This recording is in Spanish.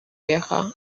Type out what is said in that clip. vieja